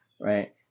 Right